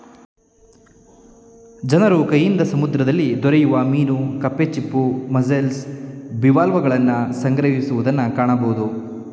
ಜನರು ಕೈಯಿಂದ ಸಮುದ್ರದಲ್ಲಿ ದೊರೆಯುವ ಮೀನು ಕಪ್ಪೆ ಚಿಪ್ಪು, ಮಸ್ಸೆಲ್ಸ್, ಬಿವಾಲ್ವಗಳನ್ನು ಸಂಗ್ರಹಿಸುವುದನ್ನು ಕಾಣಬೋದು